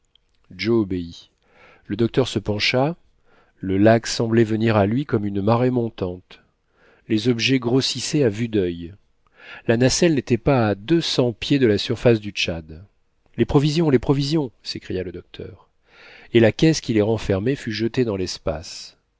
obéit le docteur se pencha le lac semblait venir à lui comme une marée montante les objets grossissaient à vue d'il la nacelle n'était pas à deux cents pieds de la surface du tchad les provisions les provisions s'écria le docteur et la caisse qui les renfermait fut jetée dans l'espace